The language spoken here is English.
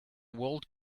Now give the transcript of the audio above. world